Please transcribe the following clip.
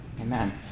Amen